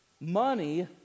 money